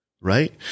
Right